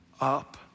up